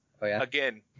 again